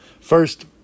First